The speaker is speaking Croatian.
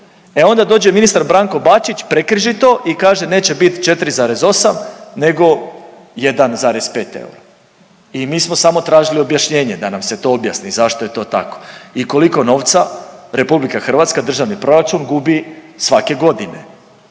E onda dođe ministar Branko Bačić prekriži to i kaže neće biti 4,8 nego 1,5 eura. I mi smo samo tražili objašnjenje da nam to objasni zašto je to tako i koliko novca RH, Državni proračun gubi svake godine